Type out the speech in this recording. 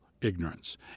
ignorance